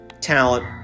talent